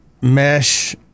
mesh